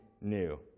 new